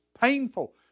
painful